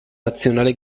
nazionale